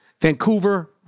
Vancouver